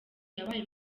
yabaye